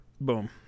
Boom